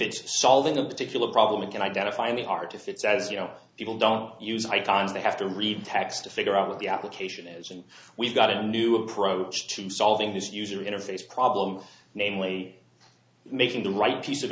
it's solving a particular problem and identifying the art if it's as you know people don't use icons they have to read texts to figure out what the application is and we've got a new approach to solving this user interface problem namely making the right piece of